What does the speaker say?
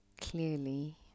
clearly